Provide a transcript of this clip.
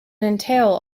entail